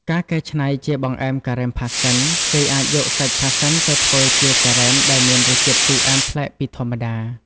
ការកែច្នៃជាបង្អែមការ៉េមផាសសិន គេអាចយកសាច់ផាសសិនទៅធ្វើជាការ៉េមដែលមានរសជាតិជូរអែមប្លែកពីធម្មតា។